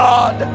God